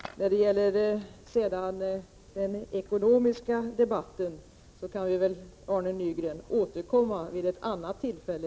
Den ekonomiska debatten kan vi väl, Arne Nygren, återkomma till vid ett annat tillfälle.